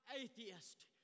atheist